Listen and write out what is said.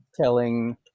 Telling